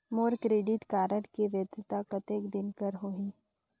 मोर credit card के वैधता कतेक दिन कर होही?